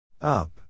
up